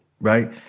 right